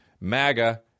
MAGA